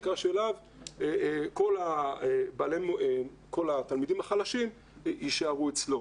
שכל התלמידים החלשים יישארו אצלו.